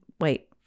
Wait